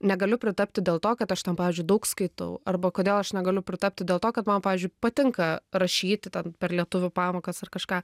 negaliu pritapti dėl to kad aš ten pavyzdžiui daug skaitau arba kodėl aš negaliu pritapti dėl to kad man pavyzdžiui patinka rašyti ten per lietuvių pamokas ar kažką